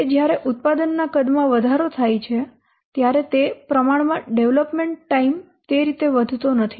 તે જ્યારે ઉત્પાદના કદમાં વધારો થાય છે ત્યારે તે પ્રમાણમાં ડેવલપમેન્ટ ટાઈમ તે રીતે વધતો નથી